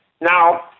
Now